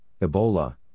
Ebola